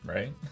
Right